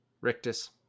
rictus